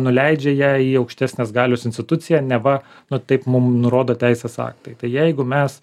nuleidžia ją į aukštesnės galios instituciją neva taip mum nurodo teisės aktai tai jeigu mes